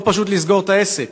או פשוט לסגור את העסק.